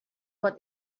what